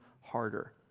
harder